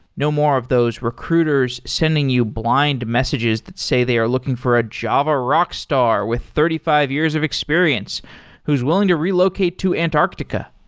no more of those recruiters sending you blind messages that say they are looking for a java rockstar with thirty five years of experience who's willing to relocate to antarctica.